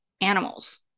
animals